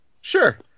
Sure